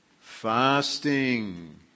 fasting